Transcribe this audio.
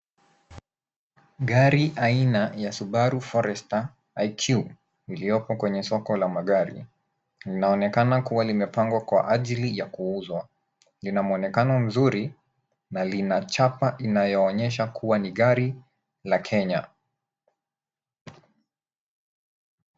Gari aina ya Subaru Forester IQ iliyoko kwenye soko la magari. Linaonekana kuwa limepangwa kwa ajili ya kuuzwa. Lina muonekano mzuri na lina chapa inayoonyesha kuwa ni gari la Kenya.